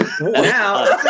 Now